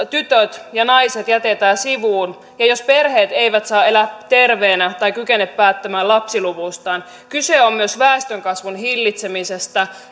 tytöt ja naiset jätetään sivuun ja jos perheet eivät saa elää terveenä tai kykene päättämään lapsiluvustaan kyse on myös väestönkasvun hillitsemisestä